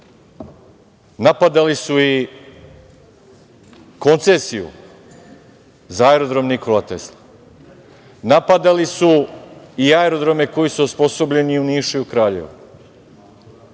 Napadali su i koncesiju za aerodrom „Nikola Tesla“. Napadali su i aerodrome koji su osposobljeni u Nišu i Kraljevu.